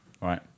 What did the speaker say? Right